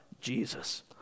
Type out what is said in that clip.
Jesus